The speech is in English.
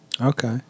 okay